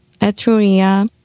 Etruria